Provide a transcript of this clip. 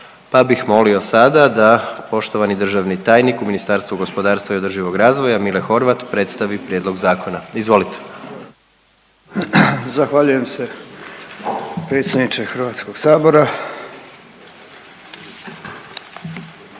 pa bih molio sada da poštovani državni tajnik u Ministarstvu gospodarstva i održivog razvoja Mile Horvat predstavi prijedlog zakona, izvolite. **Horvat, Mile